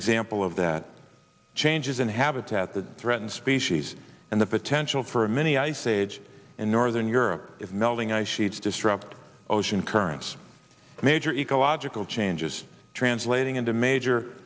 example of that changes in habitat the threatened species and the potential for a mini ice age in northern europe is melting ice sheets disrupt ocean currents major ecological changes translating into major